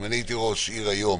אם הייתי ראש עיר היום